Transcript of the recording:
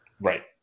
Right